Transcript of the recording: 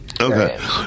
Okay